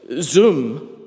Zoom